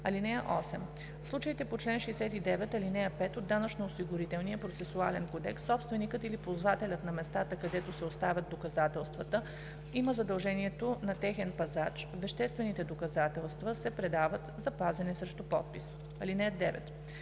12: „(8) В случаите по чл. 69, ал. 5 от Данъчно осигурителния процесуален кодекс собственикът или ползвателят на местата, където се оставят доказателствата, има задължението на техен пазач. Веществените доказателства се предават за пазене срещу подпис. (9)